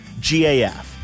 GAF